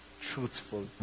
truthful